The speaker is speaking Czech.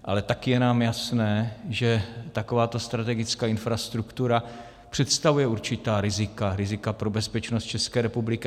Ale taky je nám jasné, že takováto strategická infrastruktura představuje určitá rizika, rizika pro bezpečnost České republiky.